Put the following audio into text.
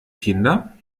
kinder